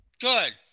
good